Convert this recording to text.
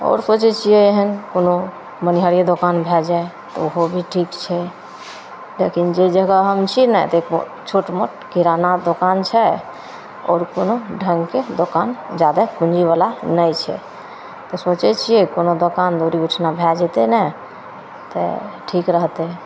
आओर सोचै छिए एहन कोनो मनिहारीके दोकान भै जाए तऽ ओहो भी ठीक छै किएकि जे जगह हम छी ने तऽ छोट मोट किराना दोकान छै आओर कोनो ढङ्गके दोकान जादा पूँजीवला नहि छै तऽ सोचै छिए कोनो दोकान दौरी ओहिठाम भै जएतै ने तऽ ठीक रहतै